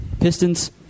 Pistons